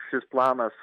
šis planas